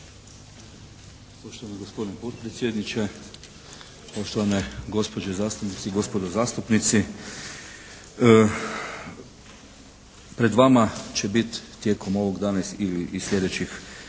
Poštovani gospodine potpredsjedniče, poštovane gospođe zastupnici, gospodo zastupnici. Pred vama će biti tijekom ovog dana i sljedećih